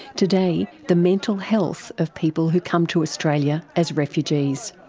today, the mental health of people who come to australia as refugees.